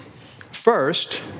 First